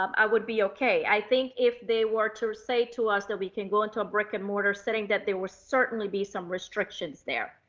um i would be okay. i think if they were to say to us that we can go into a brick and mortar setting, that there were certainly be some restrictions there.